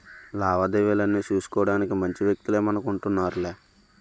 లావాదేవీలన్నీ సూసుకోడానికి మంచి వ్యక్తులే మనకు ఉంటన్నారులే